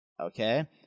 Okay